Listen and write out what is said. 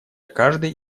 каждой